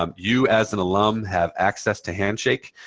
um you, as an alum, have access to handshake.